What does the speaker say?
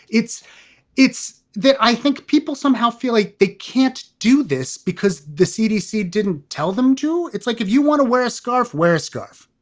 it's it's that i think people somehow feel like they can't do this because the cdc didn't tell them to. it's like if you want to wear a scarf, wear a scarf